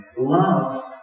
Love